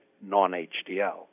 non-HDL